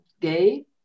gay